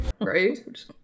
Right